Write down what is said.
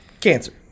Cancer